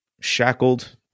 shackled